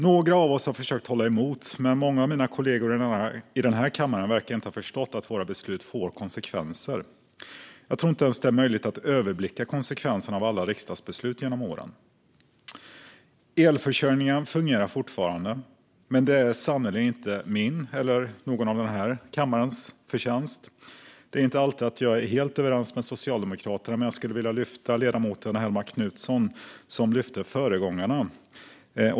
Några av oss har försökt hålla emot, men många av mina kollegor i denna kammare verkar inte ha förstått att våra beslut får konsekvenser. Jag tror inte att det ens är möjligt att överblicka konsekvenserna av alla riksdagsbeslut genom åren. Elförsörjningen fungerar fortfarande, men det är sannerligen inte min eller kammarens ledamöters förtjänst. Jag är inte alltid helt överens med Socialdemokraterna, men jag skulle vilja lyfta fram det som ledamoten Helene Hellmark Knutsson sa om våra föregångare.